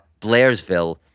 Blairsville